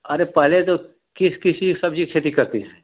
अरे पहले तो किस किस चीज सब्जी की खेती करती हैं